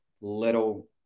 Little